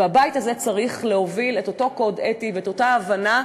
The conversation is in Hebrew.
והבית הזה צריך להוביל את אותו קוד אתי ואת אותה הבנה,